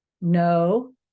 No